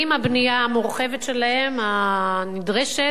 עם הבנייה המורחבת שלהם, הנדרשת,